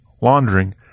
laundering